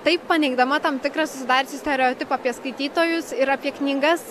taip paneigdama tam tikrą susidariusį stereotipą apie skaitytojus ir apie knygas